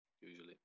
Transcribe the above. usually